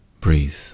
Breathe